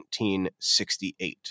1968